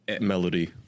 Melody